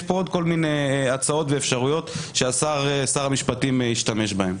יש פה עוד כל מיני הצעות ואפשרויות ששר המשפטים השתמש בהן.